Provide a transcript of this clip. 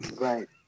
Right